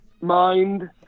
mind